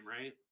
right